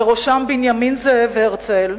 בראשם בנימין זאב הרצל,